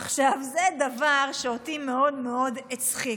זה דבר שאותי מאוד מאוד הצחיק.